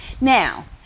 Now